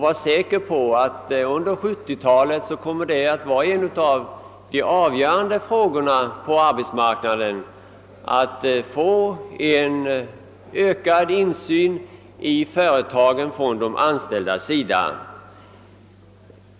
Var säker på att det under 1970-talet kommer att vara en av de avgörande angelägenheterna på arbetsmarknaden att åstadkomma ett ökat inflytande i företagen för de anställda!